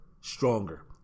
stronger